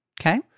Okay